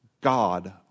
God